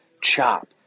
chop